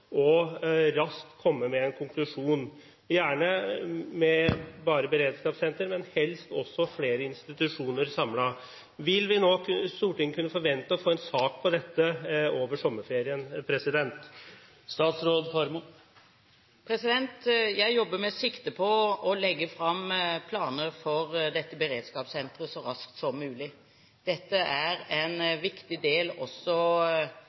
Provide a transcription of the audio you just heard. og raskt komme med en konklusjon, gjerne bare med beredskapssenter, men helst også flere institusjoner samlet. Vil Stortinget kunne forvente å få en sak om dette over sommerferien? Jeg jobber med sikte på å legge fram planer for beredskapssenteret så raskt som mulig. Dette er en viktig del av oppfølgingen i kjølvannet av 22. juli, selv om planene for et beredskapssenter også